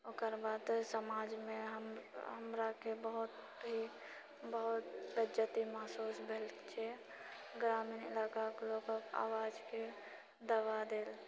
ओकर बाद समाजमे हम हमराके बहुत ही बहुत जते महसूस भेल छै ग्रामीण इलाकाके लोकके आवाज भी दबा देल